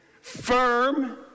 firm